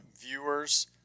viewers